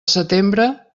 setembre